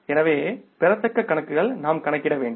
எனவே பெறத்தக்க கணக்குகள் நாம் கணக்கிட வேண்டும்